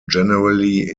generally